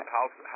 House